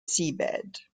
seabed